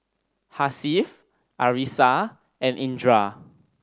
Hasif Arissa and Indra